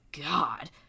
God